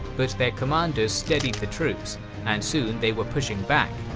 but their commanders steadied the troops and soon they were pushing back.